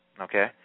Okay